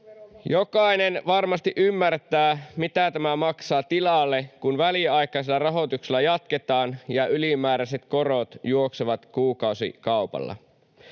Jokainen varmasti ymmärtää, mitä tämä maksaa tilalle, kun väliaikaisella rahoituksella jatketaan ja ylimääräiset korot juoksevat kuukausikaupalla.